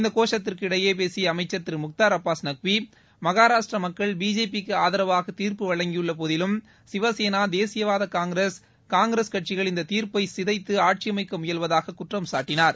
இந்த கோஷத்திற்கு இடையே பேசிய அமைச்சர் திரு முக்தார் அப்பாஸ் நக்வி மகாராஷ்ட்ர மக்கள் பிஜேபிக்கு ஆதரவாக தீர்ப்பு வழங்கியுள்ள போதிலும் சிவசேனா தேசியவாத காங்கிரஸ் காங்கிரஸ் கட்சிகள் இந்த தீர்ப்பை சிதைத்து ஆட்சி அமைக்க முயல்வதாக குற்றம் சாட்டினார்